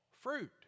fruit